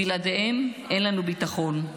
בלעדיהם אין לנו ביטחון,